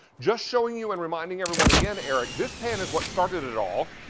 just showing you and reminding everyone again, and like this pan is what started it all,